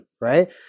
right